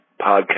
podcast